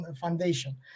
foundation